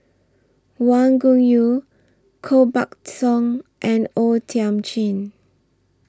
Wang Gungwu Koh Buck Song and O Thiam Chin